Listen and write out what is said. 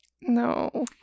No